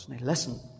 listen